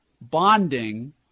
bonding